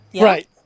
Right